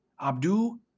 Abdul